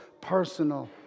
personal